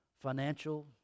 financial